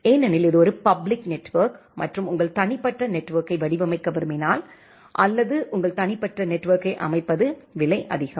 ஏனெனில் இது ஒரு பப்ளிக் நெட்வொர்க் மற்றும் உங்கள் தனிப்பட்ட நெட்வொர்க்கை வடிவமைக்க விரும்பினால் அல்லது உங்கள் தனிப்பட்ட நெட்வொர்க்கை அமைப்பது விலை அதிகம்